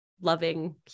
loving